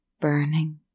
burning